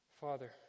Father